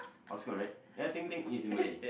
hopscotch right ya ting-ting is in Malay